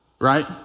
Right